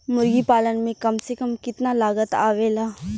मुर्गी पालन में कम से कम कितना लागत आवेला?